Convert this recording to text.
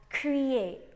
create